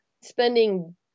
spending